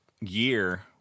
year